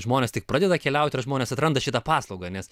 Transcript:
žmonės tik pradeda keliauti ar žmonės atranda šitą paslaugą nes